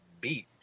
beat